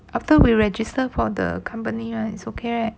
after we register for the company right is okay right